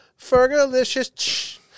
Fergalicious